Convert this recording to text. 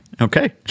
Okay